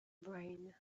brain